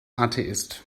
atheist